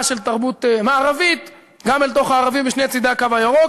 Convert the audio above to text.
של תרבות מערבית גם אל תוך הערבים משני צדי הקו הירוק.